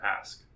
ask